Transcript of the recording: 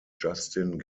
justin